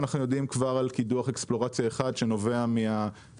אנחנו יודעים כבר על קידוח אקספלורציה אחד שנובע מההליך